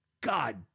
God